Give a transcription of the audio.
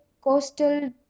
coastal